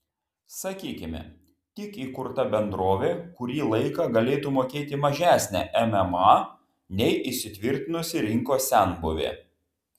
sakykime tik įkurta bendrovė kurį laiką galėtų mokėti mažesnę mma nei įsitvirtinusi rinkos senbuvė